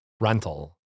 Rental